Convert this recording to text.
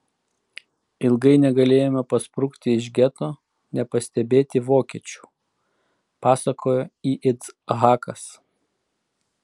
ilgai negalėjome pasprukti iš geto nepastebėti vokiečių pasakojo yitzhakas